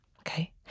Okay